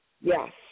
yes